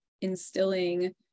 instilling